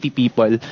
people